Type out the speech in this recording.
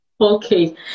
Okay